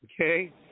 Okay